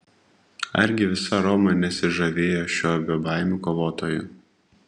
argi visa roma nesižavėjo šiuo bebaimiu kovotoju